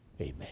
Amen